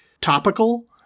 topical